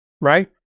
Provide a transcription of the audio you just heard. Right